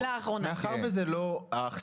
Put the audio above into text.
מאחר וזה לא,